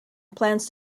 plans